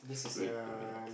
wait relax